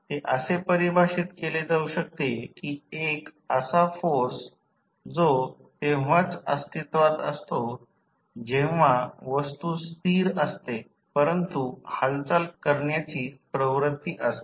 तर ते असे परिभाषित केले जाऊ शकते कि एक असा फोर्स जो तेव्हाच अस्तित्वात असतो जेव्हा वस्तू स्थिर असते परंतु हालचाल करण्याची प्रवृत्ती असते